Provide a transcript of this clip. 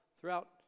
throughout